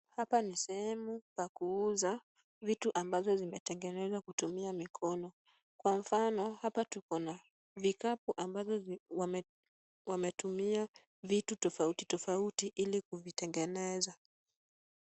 Hapa ni sehemu pa kuuza vitu ambazo vimetengenzwa kutumia mikono. Kwa mfano hapa tuko na vikapu ambazo wametumia vitu tofauti tofauti ili kuvitengeneza.